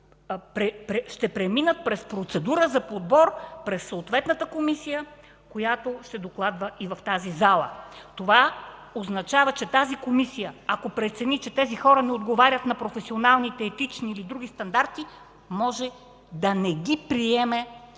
ще преминат през процедура за подбор през съответната комисия, която ще докладва в тази зала. Това означава, че комисията, ако прецени, че тези хора не отговарят на професионалните, етични или други стандарти, може да не ги приеме,